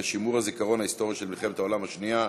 שימור זיכרון היסטורי של מלחמת עולם השנייה,